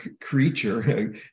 creature